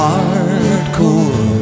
Hardcore